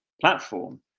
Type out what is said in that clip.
platform